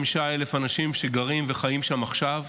25,000 אנשים שגרים וחיים שם עכשיו.